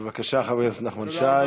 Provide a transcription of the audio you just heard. בבקשה, חבר הכנסת נחמן שי.